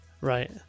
Right